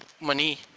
money